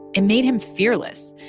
it made him fearless.